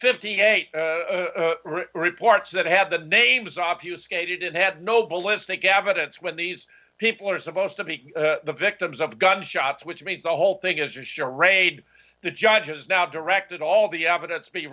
fifty eight reports that have the names off you skated and had no ballistic evidence when these people are supposed to be the victims of gunshots which means the whole thing is a charade the judge has now directed all the evidence